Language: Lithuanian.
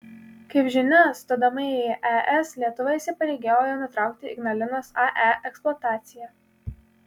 kaip žinia stodama į es lietuva įsipareigojo nutraukti ignalinos ae eksploataciją